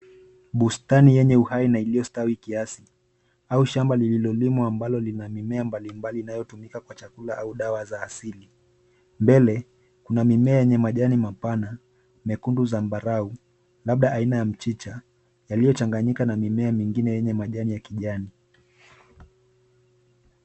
Bustani yenye uhai na iliyostawi kiasi au shamba lililolimwa ambalo lina mimea mbalimbali inayotumika kwa chakula au dawa za asili. Mbele kuna mimea yenye majani mapana mekundu zambarau labda aina ya mchicha yaliyochanganyika na mimea mengine yenye majani ya kijani.